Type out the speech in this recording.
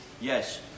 Yes